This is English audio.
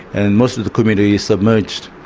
and and most of the community is submerged.